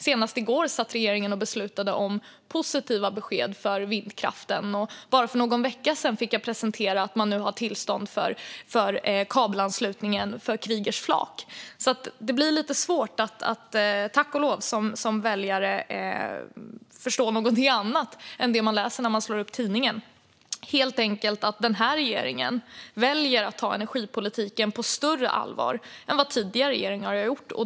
Senast i går satt regeringen och beslutade om positiva besked för vindkraften, och bara för någon vecka sedan kunde jag presentera tillstånd för kabelanslutningen av Kriegers flak. Det blir alltså, tack och lov, svårt för väljarna förstå någonting annat än det de läser när de slår upp tidningen, nämligen att regeringen väljer att ta energipolitiken på större allvar än vad tidigare regeringar har gjort.